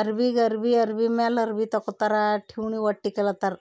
ಅರ್ಬಿಗೆ ಅರ್ಬಿ ಅರ್ಬಿ ಮ್ಯಾಲ ಅರ್ಬಿ ತೊಕೊತಾರ ಟಿವ್ಣಿವಟ್ಟಿಕೆಲ್ತರ